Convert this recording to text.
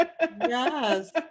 Yes